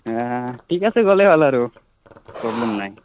ঠিক আছে গ'লে হ'ল আৰু প্ৰব্লেম নাই